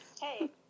hey